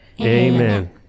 Amen